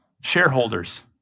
shareholders